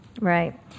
Right